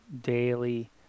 daily